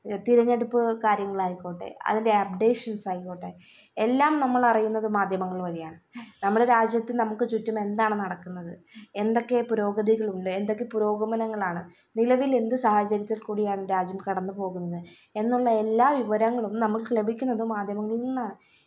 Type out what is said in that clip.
തിരഞ്ഞെടുപ്പ് കാര്യങ്ങളായിക്കോട്ടെ അതിന്റെ അപ്ഡേഷന്സായിക്കോട്ടെ എല്ലാം നമ്മളറിയുന്നത് മാധ്യമങ്ങള് വഴിയാണ് നമ്മുടെ രാജ്യത്ത് നമുക്ക് ചുറ്റം എന്താണ് നടക്കുന്നത് എന്തൊക്കെ പുരോഗതികളുണ്ട് എന്തൊക്കെ പുരോഗമനങ്ങളാണ് നിലവിൽ എന്ത് സാഹചര്യത്തില്ക്കൂടിയാണ് രാജ്യം കടന്ന് പോകുന്നത് എന്നുള്ള എല്ലാ വിവരങ്ങളും നമുക്ക് ലഭിക്കുന്നത് മാധ്യമങ്ങളില് നിന്നാണ്